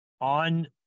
on